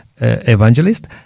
evangelist